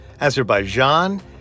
Azerbaijan